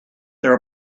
there